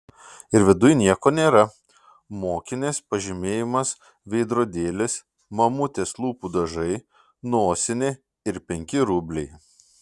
ir viduj nieko nėra mokinės pažymėjimas veidrodėlis mamutės lūpų dažai nosinė ir penki rubliai